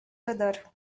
other